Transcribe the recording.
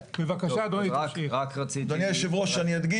בבקשה, אדוני, תמשיך.